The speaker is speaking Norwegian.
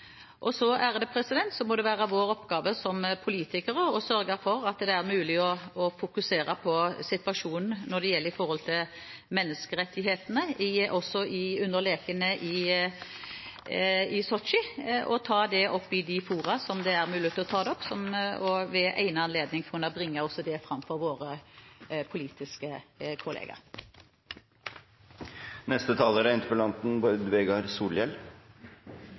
Så må det være vår oppgave som politikere å sørge for at det er mulig å fokusere på situasjonen når det gjelder menneskerettighetene, også under lekene i Sotsji, og ta det opp i de fora det er mulig å ta det opp i, og ved egnet anledning kunne bringe også det fram for våre politiske kollegaer.